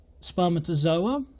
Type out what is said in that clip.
spermatozoa